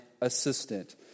assistant